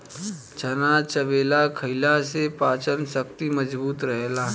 चना चबेना खईला से पाचन शक्ति मजबूत रहेला